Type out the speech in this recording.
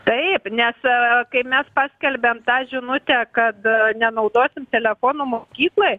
taip nes a kaip mes paskelbėm tą žinutę kada nenaudosim telefonų mokykloje